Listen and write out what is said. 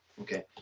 okay